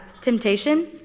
temptation